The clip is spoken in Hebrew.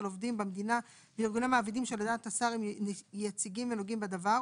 עובדים במדינה וארגוני מעבידים שלדעת השר הם יציגים ונוגעים בדבר,